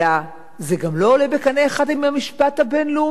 אלא זה גם לא עולה בקנה אחד עם המשפט הבין-לאומי.